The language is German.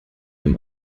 dem